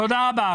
תודה רבה.